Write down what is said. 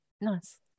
Nice